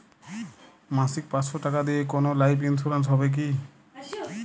মাসিক পাঁচশো টাকা দিয়ে কোনো লাইফ ইন্সুরেন্স হবে কি?